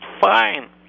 fine